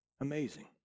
Amazing